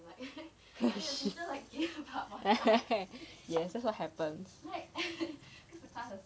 yes that's what happens